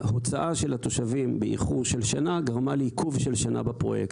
ההוצאה של התושבים באיחור של שנה גרמה לעיכוב של שנה בפרויקט,